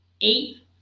eight